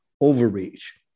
overreach